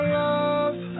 love